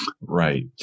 Right